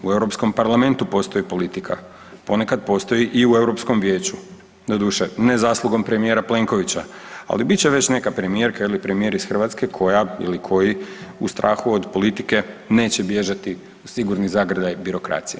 U Europskom parlamentu postoji politika, ponekad postoji i u Europskom vijeću doduše ne zaslugom premijera Plenkovića, ali bit će već neka premijerka ili premijer iz Hrvatske koja ili koji u strahu od politike neće bježati u sigurni zagrljaj birokracije.